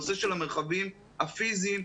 הנושא של המרחבים הפיזיים,